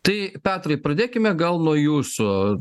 tai petrai pradėkime gal nuo jūsų